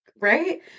right